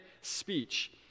speech